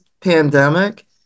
pandemic